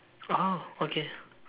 orh okay